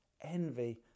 envy